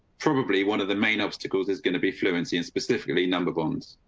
probably one of the main obstacles is going to be fluency, and specifically number bones.